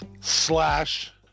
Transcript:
Slash